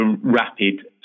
rapid